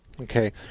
Okay